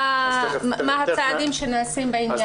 מה הצעדים שנעשים בנושא.